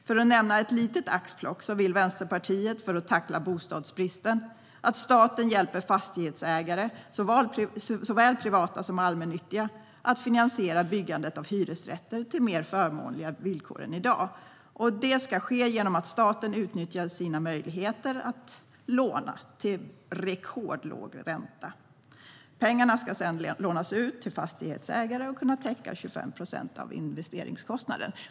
För att nämna ett litet axplock vill Vänsterpartiet för att tackla bostadsbristen att staten hjälper fastighetsägare, såväl privata som allmännyttiga, att finansiera byggandet av hyresrätter till mer förmånliga villkor än i dag. Det ska ske genom att staten utnyttjar sina möjligheter att låna till rekordlåg ränta. Pengarna ska sedan lånas ut till fastighetsägare och kunna täcka 25 procent av investeringskostnaden.